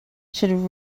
should